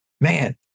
Man